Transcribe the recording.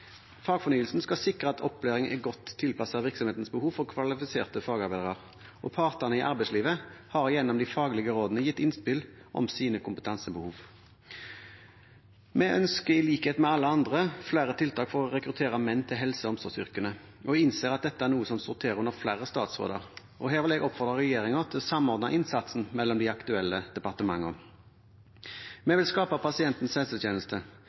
Fagfornyelsen skal sikre at opplæringen er godt tilpasset virksomhetenes behov for kvalifiserte fagarbeidere. Partene i arbeidslivet har gjennom de faglige rådene gitt innspill om sine kompetansebehov. Vi ønsker, i likhet med alle andre, flere tiltak for å rekruttere menn til helse- og omsorgsyrkene, og innser at dette er noe som sorterer under flere statsråder. Her vil jeg oppfordre regjeringen til å samordne innsatsen mellom de aktuelle departementene. Vi vil skape pasientens helsetjeneste.